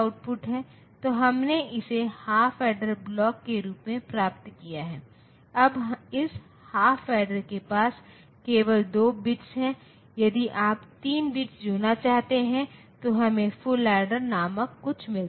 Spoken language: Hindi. तो हमने इसे हाफ एडर ब्लॉक के रूप में प्राप्त किया है अब इस हाफ एडर के पास केवल 2 बिट्स हैं यदि आप 3 बिट्स जोड़ना चाहते हैं तो हमें फुल एडर नामक कुछ मिलता है